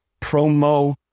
promo